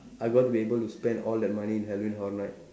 I've got to be able to spend all that money in Halloween horror might